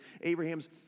Abraham's